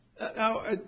Now